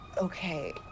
Okay